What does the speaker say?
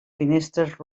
finestres